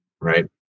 Right